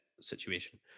situation